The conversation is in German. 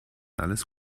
alles